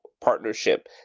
partnership